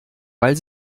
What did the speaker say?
weil